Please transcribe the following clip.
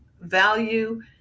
value